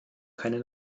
keine